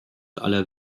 aller